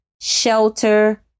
shelter